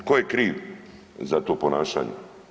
Tko je kriv za to ponašanje?